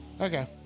Okay